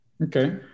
Okay